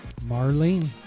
Marlene